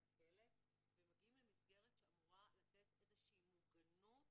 את הכלא והם מגיעים למסגרת שאמורה לתת איזה שהיא מוגנות